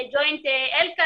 ג'וינט אלכ"א,